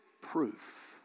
proof